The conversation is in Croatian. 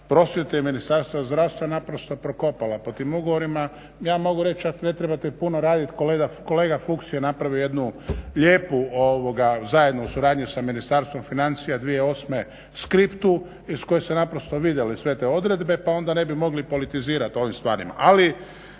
prosvjete i Ministarstva zdravstva naprosto prokopala po tim ugovorima. Ja vam mogu reći ako ne trebate puno raditi kolega Fucks je napravio jednu lijepu zajedno u suradnji s Ministarstvom financija 2008.skriptu iz koje se naprosto vidjele sve te odredbe pa onda ne bi mogli politizirat o ovim stvarima.